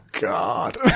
god